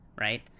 right